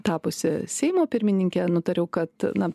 tapusi seimo pirmininke nutariau kad na